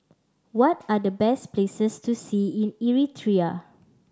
what are the best places to see in Eritrea